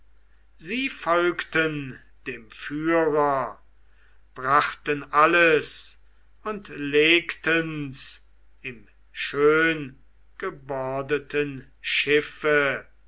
sie folgten dem führer brachten alles und legten's im schöngebordeten schiffe